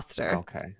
Okay